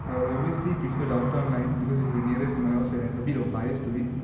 I will obviously prefer downtown line because it's the nearest to my house and I have a bit of bias to it